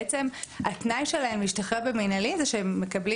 בעצם התנאי שלהם להשתחרר במנהלי זה שהם מקבלים